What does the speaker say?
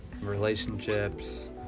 relationships